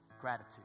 gratitude